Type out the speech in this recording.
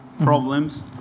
problems